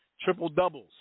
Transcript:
Triple-doubles